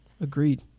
agreed